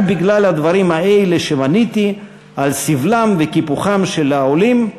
רק בגלל הדברים האלה שמניתי על סבלם וקיפוחם של העולים,